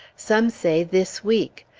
some say this week.